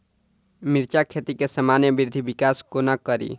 मिर्चा खेती केँ सामान्य वृद्धि विकास कोना करि?